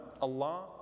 Allah